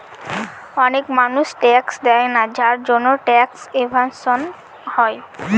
অনেক মানুষ ট্যাক্স দেয়না যার জন্যে ট্যাক্স এভাসন হয়